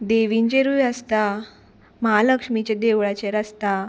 देवींचेरूय आसता महालक्ष्मीचे देवळाचेर आसता